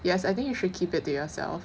yes I think you should keep it to yourself